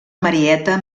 marieta